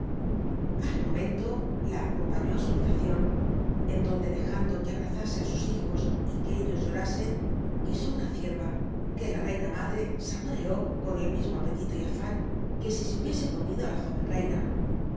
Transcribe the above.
al momento la atompaiió á sn habilacion en donde tlejando c ue abrazase á sus hijos cju c tllo llora cn ui ó una cien a e ue la teina madre aborcó con el mismo apclilo aran c ur i se hubiese comido á la jrhcn reina